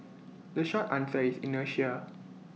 the short answer is inertia